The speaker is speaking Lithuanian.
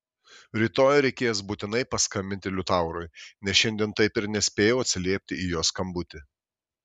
rytoj reikės būtinai paskambinti liutaurui nes šiandien taip ir nespėjau atsiliepti į jo skambutį